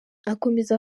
akomeza